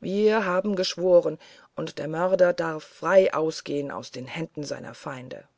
wir haben geschworen und der mörder darf frei ausgehen aus den händen seiner feinde